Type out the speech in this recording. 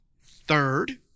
third